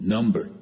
Number